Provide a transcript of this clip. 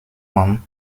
man